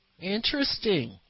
Interesting